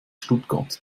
stuttgart